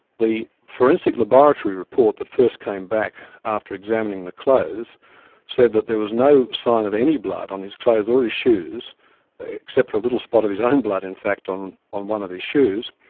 the forensic laboratory report that first came back after examining the clothes said that there was no sign of any blood on his clothes or his shoes except for a little spot of his own blood in fact, on on one of his shoes,